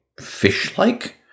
fish-like